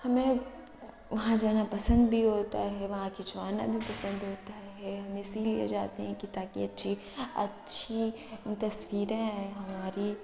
ہمیں وہاں جانا پسند بھی ہوتا ہے وہاں کھینچوانا بھی پسند ہوتا ہے ہم اسی لیے جاتے ہیں کہ تاکہ اچھی اچھی تصویریں آئیں ہماری